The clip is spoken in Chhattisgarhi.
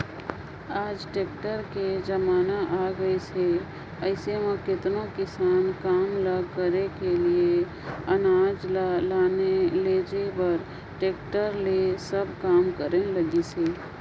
आएज टेक्टर कर जमाना आए गइस अहे अइसे में केतनो किसानी काम ल कहे कि अनाज ल लाने लेइजे कर टेक्टर ले सब करे में लगिन अहें